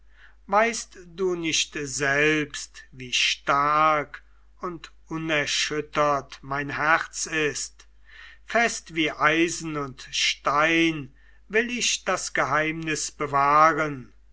weißt du nicht selbst wie stark und unerschüttert mein herz ist fest wie eisen und stein will ich das geheimnis bewahren